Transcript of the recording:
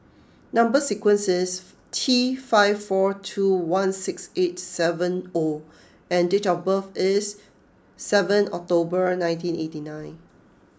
number sequence is T five four two one six eight seven O and date of birth is seventh October and nineteen eighty nine